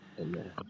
Amen